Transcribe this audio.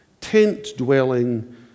tent-dwelling